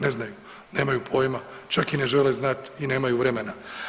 Ne znaju, nemaju pojma, čak i ne žele znat i nemaju vremena.